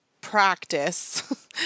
practice